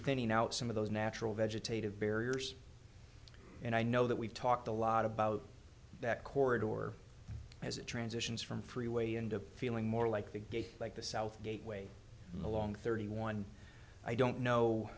thinning out some of those natural vegetative barriers and i know that we've talked a lot about that corridor as it transitions from freeway and a feeling more like the gate like the south gate way along thirty one i don't